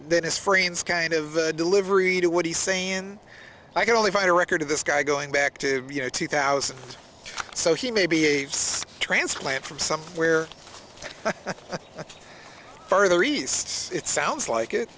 his friends kind of delivery to what he's saying i can only find a record of this guy going back to you know two thousand so he may be a transplant from somewhere further east it sounds like it